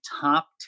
top